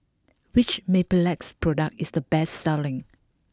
which Mepilex product is the best selling